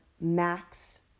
max